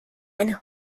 and